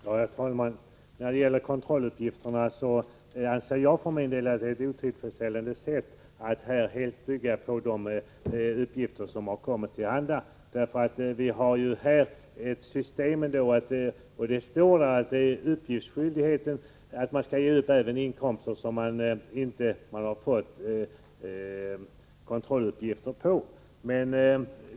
Herr talman! När det gäller kontrolluppgifterna anser jag för min del att det är otillfredsställande att helt bygga på de uppgifter som har kommit den skattskyldige till handa. Det står att uppgiftsskyldigheten även omfattar inkomster som man inte har fått kontrolluppgift på.